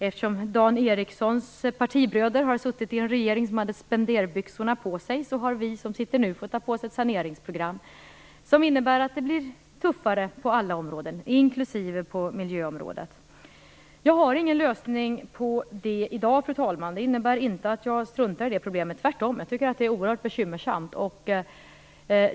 Eftersom Dan Ericssons partibröder har suttit i en regering som hade spenderbyxorna på sig har vi som sitter nu fått ta på oss ett saneringsprogram, som innebär att det blir tuffare på alla områden, inklusive miljöområdet. Jag har ingen lösning på det i dag, fru talman, men det innebär inte att jag struntar i det problemet. Tvärtom tycker jag att det är oerhört bekymmersamt.